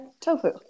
tofu